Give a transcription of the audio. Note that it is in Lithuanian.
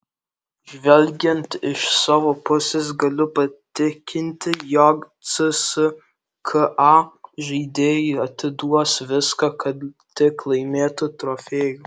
žvelgiant iš savo pusės galiu patikinti jog cska žaidėjai atiduos viską kad tik laimėtų trofėjų